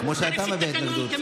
כמו שאתה מביע התנגדות.